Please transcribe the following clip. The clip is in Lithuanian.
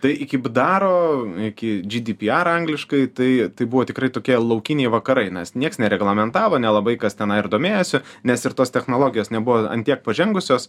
tai iki bdaro iki džydypyar angliškai tai tai buvo tikrai tokie laukiniai vakarai nes nieks nereglamentavo nelabai kas tenai ir domėjosi nes ir tos technologijos nebuvo ant tiek pažengusios